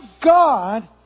God